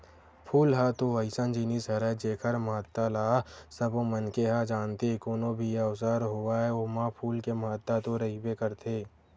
फूल ह तो अइसन जिनिस हरय जेखर महत्ता ल सबो मनखे ह जानथे, कोनो भी अवसर होवय ओमा फूल के महत्ता तो रहिबे करथे